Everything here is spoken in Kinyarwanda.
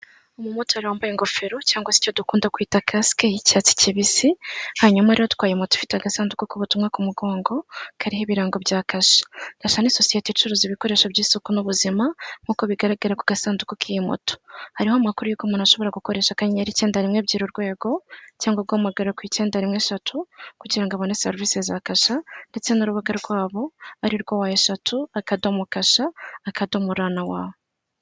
Umu motari wambaye ingofero cyangwa se icyo dukunda kwita kasike y'icyatsi kibisi ,hanyuma rero atwaye moto ifite agasanduku k'ubutumwa ku mugongo kariho ibirango bya kashe .Kashe ni sosiyete icuruza ibikoresho by'isuku n'ubuzima nkuko bigaragara ku gasanduku k'iyi moto hariho amakuru y'uko umuntu ashobora gukoresha akanyenyeri, icyenda ,rimwe abyira ,urwego cyangwa guhamagara ku icyenda, rimwe eshatu kugirango abone serivisi za kasha ndetse n'urubuga rwabo arirwo wa eshatu akadomo kasha akadomo r na w.